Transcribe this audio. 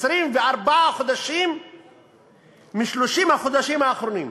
24 חודשים מ-30 החודשים האחרונים.